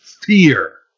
Fear